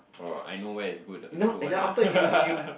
oh I know where is good the good one ah